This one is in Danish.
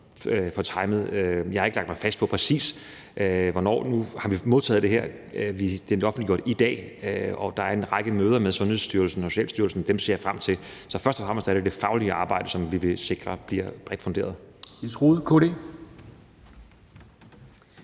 Jeg har ikke lagt mig fast på præcis hvornår. Nu har vi modtaget det her i dag, hvor det blev offentliggjort, og der er en række møder med Sundhedsstyrelsen og Socialstyrelsen. Dem ser jeg frem til. Så først og fremmest er det det faglige arbejde, som vi vil sikre bliver bredt funderet.